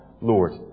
Lord